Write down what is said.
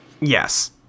Yes